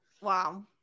Wow